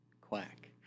Quack